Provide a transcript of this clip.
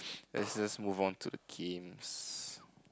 let's just move on to the games